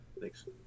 thanks